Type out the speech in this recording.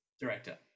director